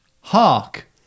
Hark